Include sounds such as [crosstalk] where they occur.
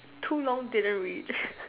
too long didn't read [laughs]